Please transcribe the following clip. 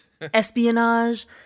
espionage